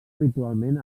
habitualment